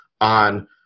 on